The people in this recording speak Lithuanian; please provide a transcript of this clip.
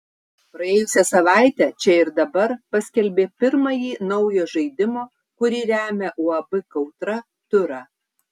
praėjusią savaitę čia ir dabar paskelbė pirmąjį naujo žaidimo kurį remia uab kautra turą